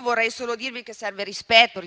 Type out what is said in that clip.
Vorrei solo dirvi che serve rispetto